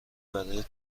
برای